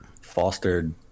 fostered